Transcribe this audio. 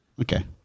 Okay